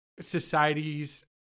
societies